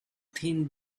thin